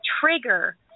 trigger